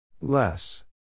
Less